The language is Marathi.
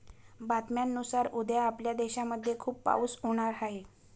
बातम्यांनुसार उद्या आपल्या देशामध्ये खूप पाऊस होणार आहे